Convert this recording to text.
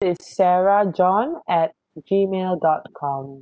it's sarah john at Gmail dot com